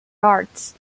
arts